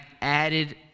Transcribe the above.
added